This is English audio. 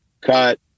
cut